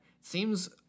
seems